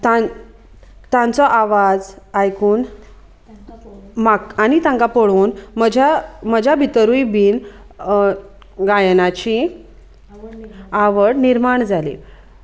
तां तांचो आवाज आयकून म्हाका आनी तांकां पळोवन म्हज्या म्हज्या भितरूय बीन गायनाची आवड निर्माण जाली